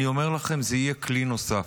אני אומר לכם, זה יהיה כלי נוסף.